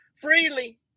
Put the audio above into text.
freely